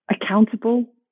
accountable